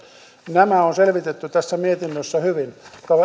nämä on selvitetty tässä mietinnössä hyvin